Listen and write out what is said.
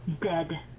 dead